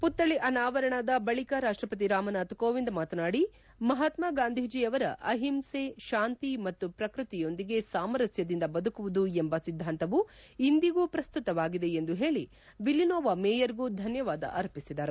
ಪುತ್ವಳ ಅನಾವರಣದ ಬಳಿಕ ರಾಷ್ಟಪತಿ ರಾಮನಾಥ ಕೋವಿಂದ್ ಮಾತನಾಡಿ ಮಹಾತ್ಮಾ ಗಾಂಧಿಯವರ ಅಹಿಂಸೆ ಶಾಂತಿ ಮತ್ತು ಪ್ರಕೃತಿಯೊಂದಿಗೆ ಸಾಮರಸ್ವದಿಂದ ಬದುಕುವುದು ಎಂಬ ಸಿದ್ದಾಂತವು ಇಂದಿಗೂ ಪ್ರಸ್ತುತವಾಗಿದೆ ಎಂದು ಹೇಳಿ ವಿಲ್ಲೆನ್ಡೂವ್ ಮೇಯರ್ಗೂ ಧನ್ವವಾದ ಅರ್ಪಿಸಿದರು